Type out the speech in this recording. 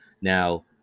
now